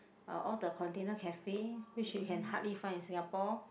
uh all the container cafe which you can hardly find in Singapore